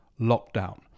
lockdown